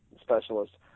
specialist